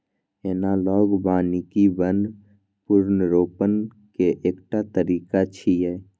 analogue वानिकी वन पुनर्रोपण के एकटा तरीका छियै